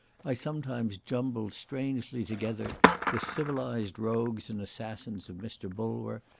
i sometimes jumbled strangely together the civilized rogues and assassins of mr. bulwer,